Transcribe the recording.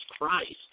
Christ